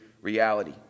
reality